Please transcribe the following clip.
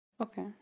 Okay